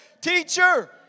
teacher